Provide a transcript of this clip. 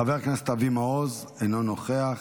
חבר הכנסת אבי מעוז, אינו נוכח.